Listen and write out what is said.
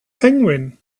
penguin